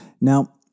Now